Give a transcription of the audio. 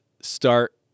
start